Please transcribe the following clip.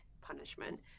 punishment